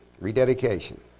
Rededication